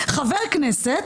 חבר כנסת,